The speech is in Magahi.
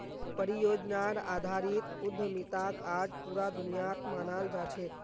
परियोजनार आधारित उद्यमिताक आज पूरा दुनियात मानाल जा छेक